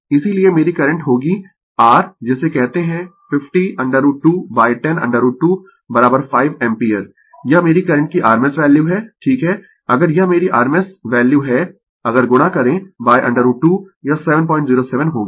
इसीलिये मेरी करंट होगी r जिसे कहते है 50 √ 210 √ 2 5 एम्पीयर यह मेरी करंट की rms वैल्यू है ठीक है अगर यह मेरी rms वैल्यू है अगर गुणा करें √ 2 यह 707 होगी